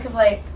like,